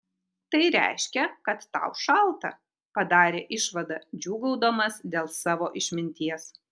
tai reiškia kad tau šalta padarė išvadą džiūgaudamas dėl savo išminties